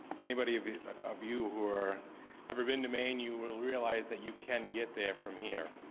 if anybody of you of you who are ever been to maine, you will realize that you can get there from here.